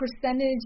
percentage